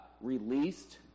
released